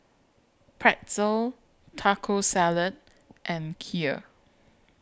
Pretzel Taco Salad and Kheer